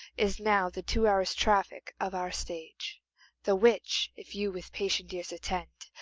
is now the two hours' traffic of our stage the which, if you with patient ears attend,